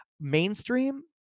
mainstream